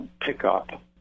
pickup